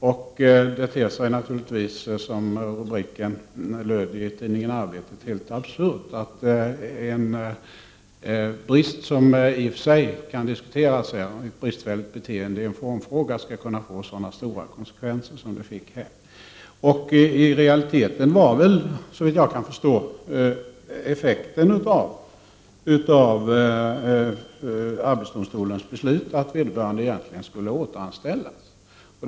Det ter sig naturligtvis, som rubriken löd i tidningen Arbetet, helt absurt att ett bristfälligt beteende i en formfråga, vilket i och för sig kan diskuteras, skall kunna få sådana stora konsekvenser som det här fick. Såvitt jag kan förstå blev effekten av arbetsdomstolens beslut i realiteten att vederbörande egentligen skulle återanställas.